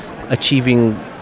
achieving